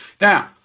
Now